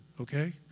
Okay